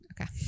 Okay